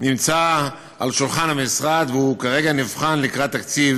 נמצא על שולחן המשרד והוא כרגע נבחן לקראת תקציב